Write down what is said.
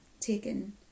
taken